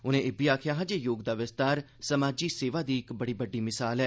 उनें आखेआ जे योग दा विस्तार समाजी सेवा दी इक बड़ी बड़्डी मिसाल ऐ